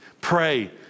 Pray